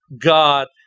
God